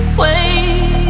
wait